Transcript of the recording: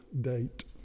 date